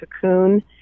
cocoon